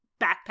backpack